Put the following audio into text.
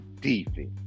defense